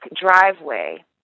driveway